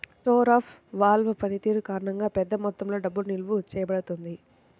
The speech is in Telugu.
స్టోర్ ఆఫ్ వాల్వ్ పనితీరు కారణంగా, పెద్ద మొత్తంలో డబ్బు నిల్వ చేయబడుతుంది